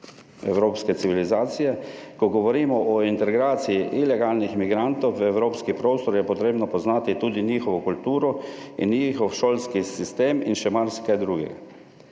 evropske civilizacije. Ko govorimo o integraciji ilegalnih migrantov v evropski prostor je potrebno poznati tudi njihovo kulturo in njihov šolski sistem in še marsikaj drugega.